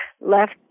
left